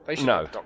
no